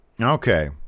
Okay